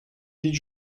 did